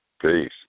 Peace